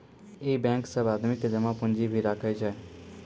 इ बेंक सब आदमी के जमा पुन्जी भी राखै छै